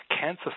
cancer